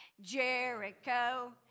Jericho